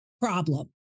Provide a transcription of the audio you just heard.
Problem